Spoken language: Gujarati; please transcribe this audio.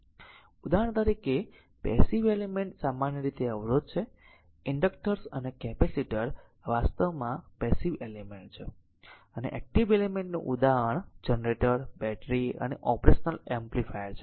ઉદાહરણ તરીકે કે પેસીવ એલિમેન્ટ સામાન્ય રીતે અવરોધ છે ઇન્ડક્ટર્સ અને કેપેસિટર આ વાસ્તવમાં પેસીવ એલિમેન્ટ છે અને એક્ટીવ એલિમેન્ટ નું ઉદાહરણ જનરેટર બેટરી અને ઓપરેશનલ એમ્પ્લીફાયર છે